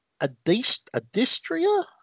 Adistria